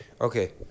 Okay